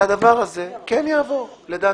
שהדבר הזה כן יעבור, לדעתי.